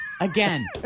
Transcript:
Again